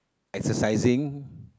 exercising